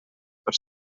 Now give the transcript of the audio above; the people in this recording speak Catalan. per